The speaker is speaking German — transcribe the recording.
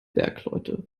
bergleute